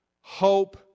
hope